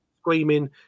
screaming